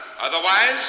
Otherwise